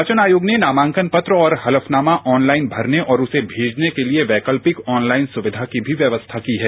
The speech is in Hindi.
निर्वाचन आयोग ने नामांकन पत्र और हलफनामा ऑनलाइन भरने और उसे भेजने के लिए वैकल्पिक ऑनलाइन सुविधा की भी व्यवस्था की है